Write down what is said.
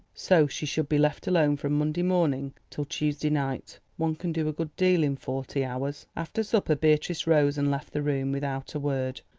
so she should be left alone from monday morning till tuesday night. one can do a good deal in forty hours. after supper beatrice rose and left the room, without a word,